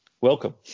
welcome